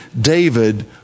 David